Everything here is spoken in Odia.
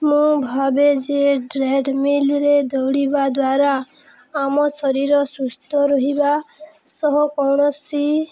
ମୁଁ ଭାବେ ଯେ ଟ୍ରେଡ଼ମିଲ୍ରେ ଦୌଡ଼ିବା ଦ୍ୱାରା ଆମ ଶରୀର ସୁସ୍ଥ ରହିବା ସହ କୌଣସି